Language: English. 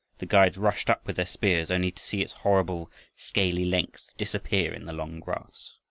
the guides rushed up with their spears only to see its horrible scaly length disappear in the long grass.